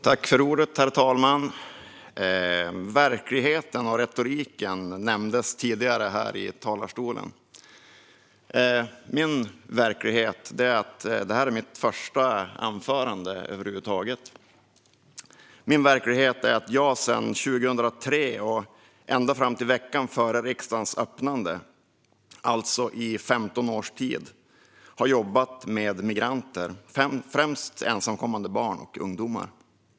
Herr talman! Verkligheten och retoriken nämndes tidigare här i talarstolen. Min verklighet är att detta är mitt första anförande över huvud taget. Min verklighet är att jag sedan 2003 och ända fram till veckan före riksdagens öppnande, alltså i 15 års tid, har jobbat med migranter och främst ensamkommande barn och ungdomar.